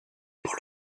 pour